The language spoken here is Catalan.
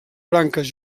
branques